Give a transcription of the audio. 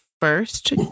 first